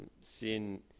sin